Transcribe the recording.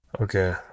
Okay